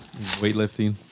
weightlifting